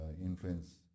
influence